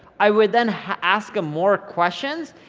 i would then ask em more questions,